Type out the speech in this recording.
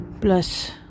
plus